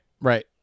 right